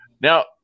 Now